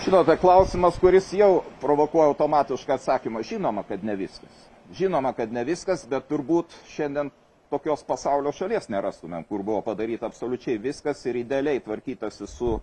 žinote klausimas kuris jau provokuoja automatišką atsakymą žinoma kad ne viskas žinoma kad ne viskas bet turbūt šiandien tokios pasaulio šalies nerastumėm kur buvo padaryta absoliučiai viskas ir idealiai tvarkytasi su